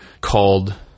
called